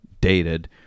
dated